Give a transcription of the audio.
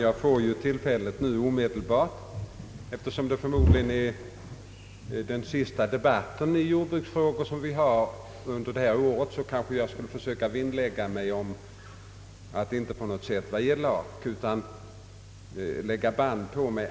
Herr talman! Eftersom det förmodligen är den sista debatten i jordbruksfrågor under det här året, skall jag kanske försöka vinnlägga mig om att inte på något sätt vara elak utan lägga band på mig.